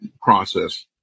process